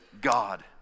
God